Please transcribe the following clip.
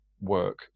work